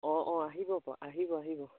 অঁ অঁ আহিব আহিব আহিব